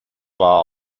war